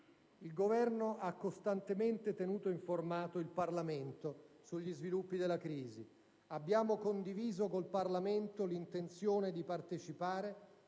Il Governo ha costantemente tenuto informato il Parlamento sugli sviluppi della crisi. Abbiamo condiviso con il Parlamento l'intenzione di partecipare